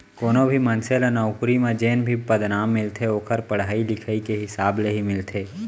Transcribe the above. कोनो भी मनसे ल नउकरी म जेन भी पदनाम मिलथे ओखर पड़हई लिखई के हिसाब ले ही मिलथे